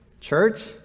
Church